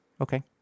Okay